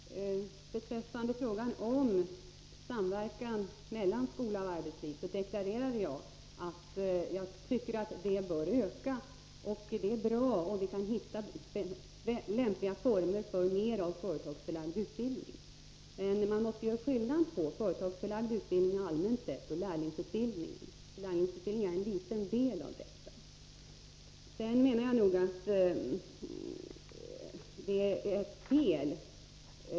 Herr talman! Beträffande frågan om samverkan mellan skola och arbetsliv deklarerade jag att jag anser att den bör öka, och det är bra om vi kan hitta lämpliga former för mer av företagsförlagd utbildning. Man måste emellertid göra skillnad mellan företagsförlagd utbildning allmänt sett och lärlingsutbildningen. Lärlingsutbildningen är bara en liten del i detta.